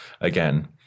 again